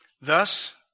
Thus